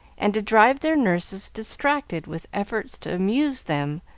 and to drive their nurses distracted with efforts to amuse them,